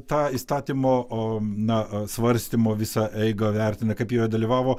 tą įstatymo o na svarstymo visą eigą vertina kaip joje dalyvavo